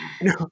No